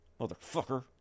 Motherfucker